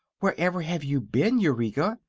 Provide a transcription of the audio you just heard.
wherever have you been, eureka?